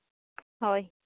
ᱦᱳᱭ